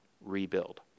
rebuild